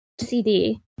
CD